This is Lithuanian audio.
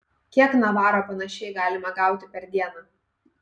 kiek navaro panašiai galima gauti per dieną